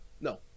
No